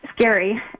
scary